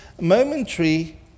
momentary